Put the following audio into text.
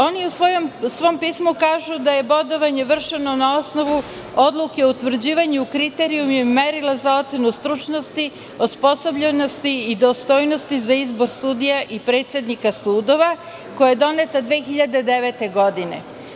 Oni u svom pismu kažu da je bodovanje vršeno na osnovu Odluke o utvrđivanju kriterijuma i merila za ocenu stručnosti, osposobljenosti i dostojnosti za izbor sudija i predsednika sudova, koja je doneta 2009. godine.